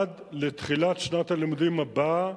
עד לתחילת שנת הלימודים הבאה,